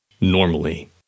Normally